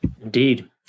Indeed